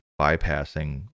bypassing